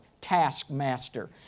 taskmaster